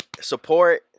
support